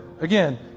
Again